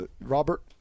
Robert